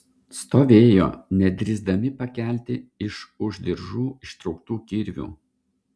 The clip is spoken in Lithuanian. stovėjo nedrįsdami pakelti iš už diržų ištrauktų kirvių